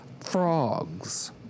Frogs